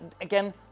Again